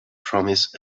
promise